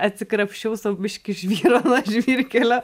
atsikrapščiau sau biškį žvyro žvyrkelio